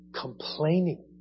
Complaining